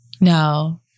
No